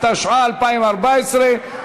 התשע"ה 2014,